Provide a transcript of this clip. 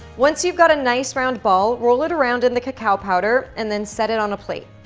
once you've got a nice round ball, roll it around in the cacao powder, and then set it on a plate.